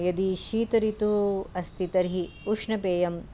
यदि शीत ऋतुः अस्ति तर्हि उष्णपेयं